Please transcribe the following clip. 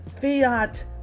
fiat